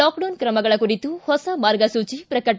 lockdown ಕ್ರಮಗಳ ಕುರಿತು ಹೊಸ ಮಾರ್ಗಸೂಚಿ ಪ್ರಕಟ